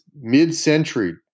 mid-century